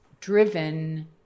driven